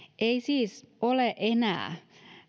ei siis ole enää